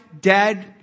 dead